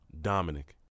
Dominic